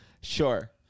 sure